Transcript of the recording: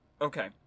okay